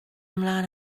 ymlaen